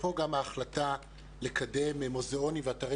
אפרופו גם ההחלטה לקדם מוזיאונים ואתרי